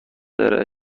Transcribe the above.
ارائه